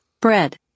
bread